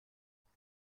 تموم